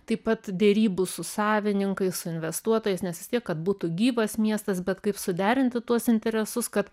taip pat derybų su savininkais investuotojais nes vis tiek kad būtų gyvas miestas bet kaip suderinti tuos interesus kad